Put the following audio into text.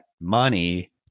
money